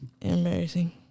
Embarrassing